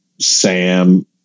Sam